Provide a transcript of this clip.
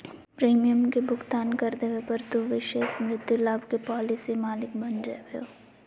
premium के भुगतान कर देवे पर, तू विशेष मृत्यु लाभ के पॉलिसी मालिक बन जैभो